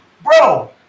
Bro